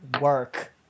work